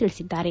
ತಿಳಿಸಿದ್ದಾರೆ